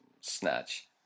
Snatch